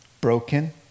broken